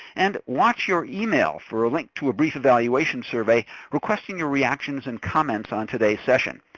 and watch your email for a link to a brief evaluation survey requesting your reactions and comments on today's session.